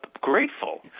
grateful